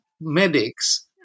medics